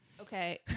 Okay